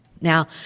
Now